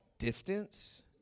Distance